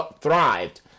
thrived